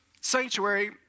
sanctuary